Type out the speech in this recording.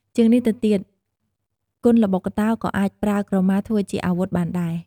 ជាងនេះទៅទៀត គុនល្បុក្កតោក៏អាចប្រើក្រមាធ្វើជាអាវុធបានដែរ ។